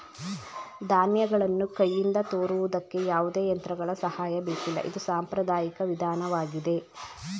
ಧಾನ್ಯಗಳನ್ನು ಕೈಯಿಂದ ತೋರುವುದಕ್ಕೆ ಯಾವುದೇ ಯಂತ್ರಗಳ ಸಹಾಯ ಬೇಕಿಲ್ಲ ಇದು ಸಾಂಪ್ರದಾಯಿಕ ವಿಧಾನವಾಗಿದೆ